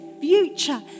future